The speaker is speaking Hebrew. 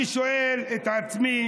אני שואל את עצמי